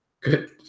Good